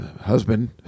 husband